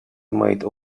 made